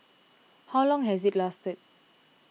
how long has it lasted